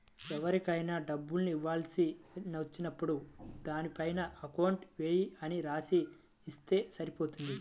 ఎవరికైనా డబ్బులు ఇవ్వాల్సి వచ్చినప్పుడు దానిపైన అకౌంట్ పేయీ అని రాసి ఇస్తే సరిపోతుంది